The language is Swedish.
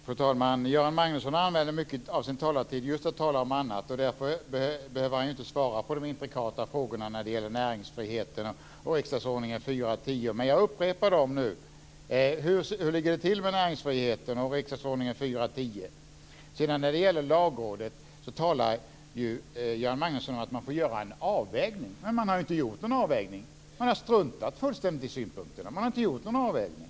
Fru talman! Göran Magnusson använder mycket av sin talartid till att tala om annat. Därför behöver han inte svara på de intrikata frågorna om näringsfrihet och riksdagsordningen 4 kap. 10 §. Jag upprepar dem: Hur ligger det till med näringsfriheten och riksdagsordningen 4 kap. 10 §? Göran Magnusson talar om att man får göra en avvägning när det gäller Lagrådet. Men man har inte gjort någon avvägning. Man har struntat fullständigt i synpunkterna.